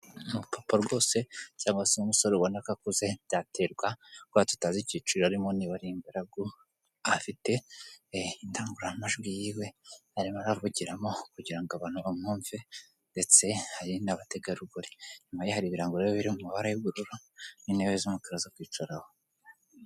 Umupapa rwose cyangwa se umusore ubona akuze, byaterwa nuko tutazi icyiciro arimo niba ari ingaragu afite, indangururamajwi yiwe arimo aravugiramo kugira ngo abantu bamwumve ndetse hari n'abategarugori inyuma yaho ibirango rero biri mu mabara y'ubururu n'intebe z'umukara zo kwicaraho.